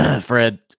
Fred